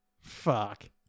Fuck